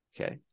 okay